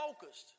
focused